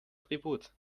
tribut